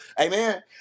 Amen